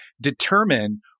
determine